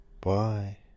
bye